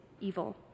evil